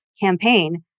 campaign